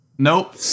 Nope